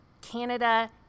Canada